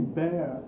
bear